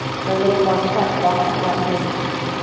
for a little more stretch, walk that left knee back.